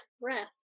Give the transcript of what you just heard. breath